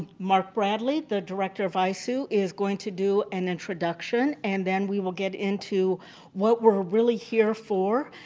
mark bradley, the director of isoo, is going to do an introduction and then we will get into what we're really here for.